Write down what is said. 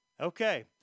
Okay